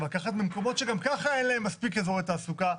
לקחת ממקומות שגם ככה אין להם מספיק אזורי תעסוקה,